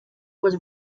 was